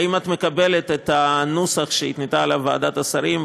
האם את מקבלת את הנוסח שהתנתה ועדת השרים,